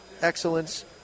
Excellence